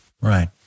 Right